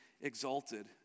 exalted